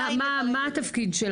מה התפקיד שלך בתחום?